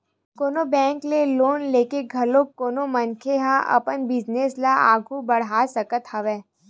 कोनो बेंक ले लोन लेके घलो कोनो मनखे ह अपन बिजनेस ल आघू बड़हा सकत हवय